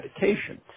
medication